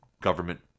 government